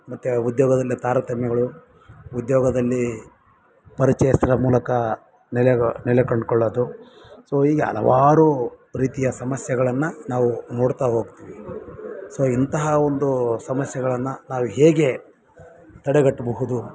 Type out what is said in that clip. ಮತ್ತು ಉದ್ಯೋಗದಲ್ಲಿ ತಾರತಮ್ಯಗಳು ಉದ್ಯೋಗದಲ್ಲಿ ಪರಿಚಯಸ್ತರ ಮೂಲಕ ನೆಲೆಗ ನೆಲೆ ಕಂಡ್ಕೊಳ್ಳೊದು ಸೊ ಹೀಗೆ ಹಲವಾರು ರೀತಿಯ ಸಮಸ್ಯೆಗಳನ್ನು ನಾವು ನೋಡ್ತಾ ಹೋಗ್ತಿವಿ ಸೊ ಇಂತಹ ಒಂದು ಸಮಸ್ಯೆಗಳನ್ನು ನಾವು ಹೇಗೆ ತಡೆಗಟ್ಬಹುದು